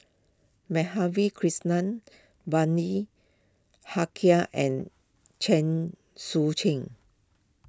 Madhavi Krishnan Bani Haykal and Chen Sucheng